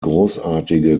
großartige